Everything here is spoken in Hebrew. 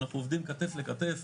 אנחנו עובדים כתף לכתף,